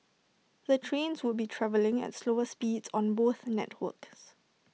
the trains would be travelling at slower speeds on both networks